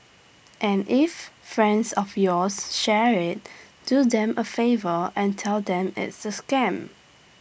and if friends of yours share IT do them A favour and tell them it's A scam